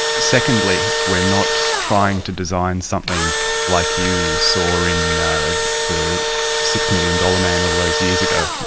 secondly, we're not trying to design something like you saw in the six million dollar man all those years ago,